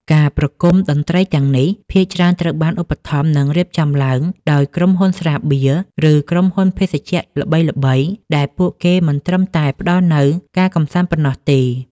ការប្រគំតន្ត្រីទាំងនេះ ភាគច្រើនត្រូវបានឧបត្ថម្ភ និងរៀបចំឡើងដោយក្រុមហ៊ុនស្រាបៀរ ឬក្រុមហ៊ុនភេសជ្ជៈល្បីៗ ដែលពួកគេមិនត្រឹមតែផ្ដល់នូវការកម្សាន្តប៉ុណ្ណោះទេ។